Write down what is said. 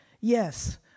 Yes